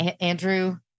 Andrew